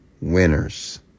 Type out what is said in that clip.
winners